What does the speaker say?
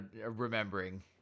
remembering